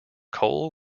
coal